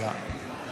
רגע,